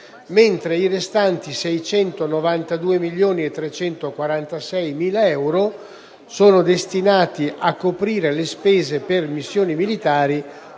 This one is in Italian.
mentre i restanti 692 milioni e 346.000 euro sono destinati a coprire le spese per missioni militari,